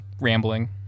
rambling